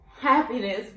Happiness